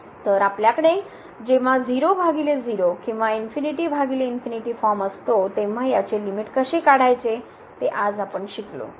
तर आपल्याकडे जेव्हा 00 किंवा फॉर्म असतो तेव्हा याचे लिमिट कशे काढायचे ते आज आपण शिकलो